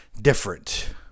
different